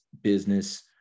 business